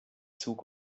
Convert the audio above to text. zug